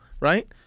right